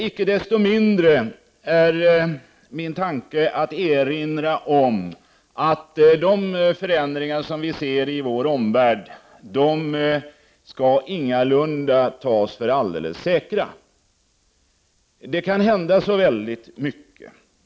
Icke desto mindre är min tanke att erinra om att de posotova förändringar som vi ser i vår omvärld ingalunda skall tas för alldeles säkra. Det kan hända så väldigt mycket.